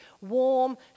warm